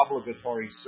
obligatory